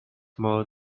more